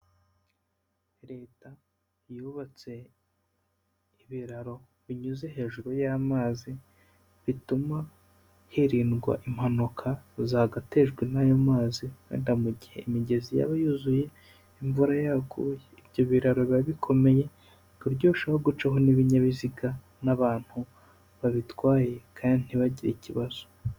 Leta yubatse ibiraro binyuze hejuru y'amazi, bituma hirindwa impanuka zagatejwe n'ayo mazi wenda nko mu gihe imigezi yaba yuzuye imvura yaguye. Ibyo biraro biba bikomeye kuburyo hashbora gucaho n'ibinyabiziga n'abantu babitwaye kandi ntibagire ikibazo.